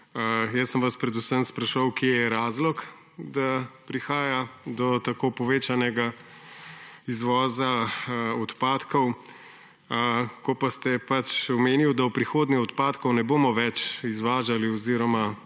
Jaz sem vas predvsem spraševal: Kje je razlog, da prihaja do tako povečanega izvoza odpadkov? Ko pa ste omenili, da v prihodnje odpadkov ne bomo več izvažali oziroma